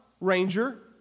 Ranger